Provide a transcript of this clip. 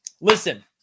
Listen